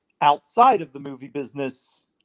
outside-of-the-movie-business